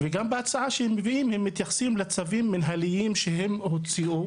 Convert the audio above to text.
וגם בהצעה שהם מביאים הם מתייחסים לצווים מנהליים שהם הוציאו.